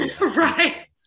right